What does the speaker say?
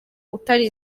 utari